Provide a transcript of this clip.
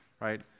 right